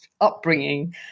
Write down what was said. upbringing